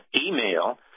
email